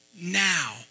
now